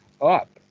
up